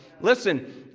listen